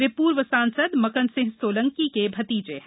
वे पूर्व सांसद मकनसिंह सोलंकी के भतीजे है